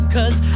Cause